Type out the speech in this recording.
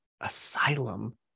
asylum